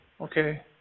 Okay